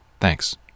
Thanks